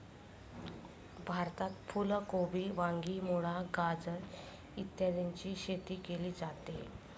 भारतात फुल कोबी, वांगी, मुळा, गाजर इत्यादीची शेती केली जाते